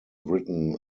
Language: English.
written